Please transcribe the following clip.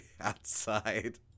outside